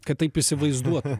kad taip įsivaizduot